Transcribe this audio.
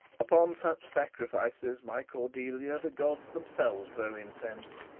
upon such sacrifices, my cordelia, the gods themselves throw incense.